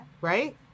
Right